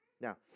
Now